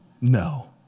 No